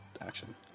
action